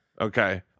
okay